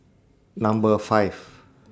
Number five